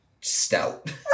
stout